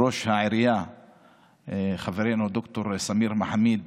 ראש העירייה חברנו ד"ר סמיר מחאמיד